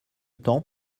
temps